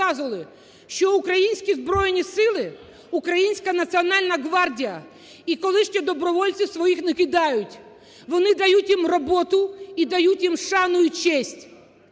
що українські Збройні Сили, українська Національна гвардія і колишні добровольці своїх не кидають, вони дають їм роботу і дають їм шану і честь.